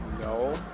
No